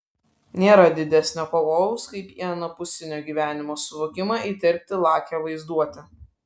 nėra didesnio pavojaus kaip į anapusinio gyvenimo suvokimą įterpti lakią vaizduotę